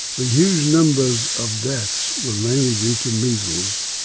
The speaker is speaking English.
the huge numbers of deaths were mainly due to measles,